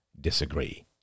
disagree